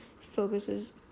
focuses